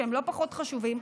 שהם לא פחות חשובים,